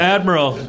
Admiral